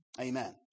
Amen